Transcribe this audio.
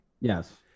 Yes